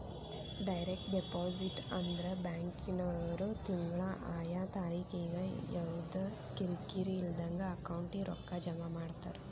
direct deposit ಅಂದ್ರ ಬ್ಯಾಂಕಿನ್ವ್ರು ತಿಂಗ್ಳಾ ಆಯಾ ತಾರಿಕಿಗೆ ಯವ್ದಾ ಕಿರಿಕಿರಿ ಇಲ್ದಂಗ ಅಕೌಂಟಿಗೆ ರೊಕ್ಕಾ ಜಮಾ ಮಾಡ್ತಾರ